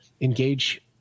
engage